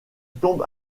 tombe